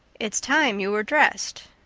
it's time you were dressed,